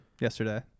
Yesterday